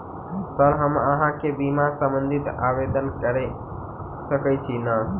Sir हम अहाँ केँ बीमा संबधी आवेदन कैर सकै छी नै?